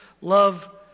Love